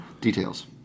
details